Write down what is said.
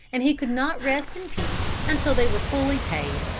and he could not rest in peace until they were fully paid.